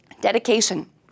Dedication